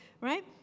right